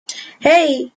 hey